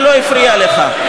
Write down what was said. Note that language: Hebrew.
זה לא הפריע לך.